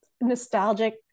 nostalgic